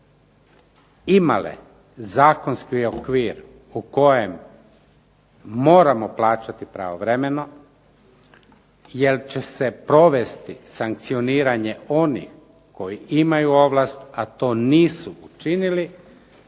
imale zakonski okvir u kojem moramo plaćati pravovremeno jer će se provesti sankcioniranje onih koji imaju ovlast a to nisu učinili